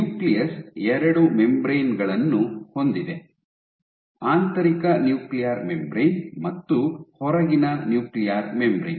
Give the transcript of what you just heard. nucleus ಎರಡು membrane ಗಳನ್ನು ಹೊಂದಿದೆ ಆಂತರಿಕ ನ್ಯೂಕ್ಲಿಯರ್ ಮೆಂಬರೇನ್ ಮತ್ತು ಹೊರಗಿನ ನ್ಯೂಕ್ಲಿಯರ್ ಮೆಂಬರೇನ್